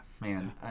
man